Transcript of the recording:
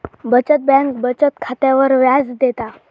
बचत बँक बचत खात्यावर व्याज देता